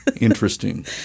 Interesting